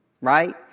right